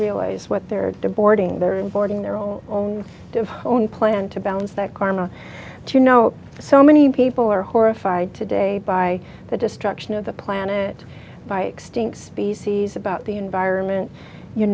realize what they're deporting they're in boarding their own on their own plan to balance their karma you know so many people are horrified today by the destruction of the planet by extinct species about the environment you